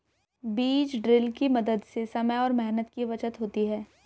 बीज ड्रिल के मदद से समय और मेहनत की बचत होती है